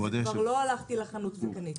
כבר לא הלכתי לחנות וקניתי.